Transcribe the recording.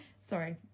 Sorry